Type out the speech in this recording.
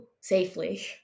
safely